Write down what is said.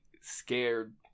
scared